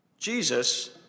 Jesus